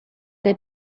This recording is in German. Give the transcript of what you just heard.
der